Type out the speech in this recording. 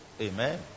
Amen